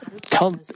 tell